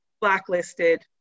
blacklisted